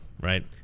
right